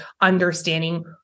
understanding